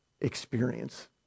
experience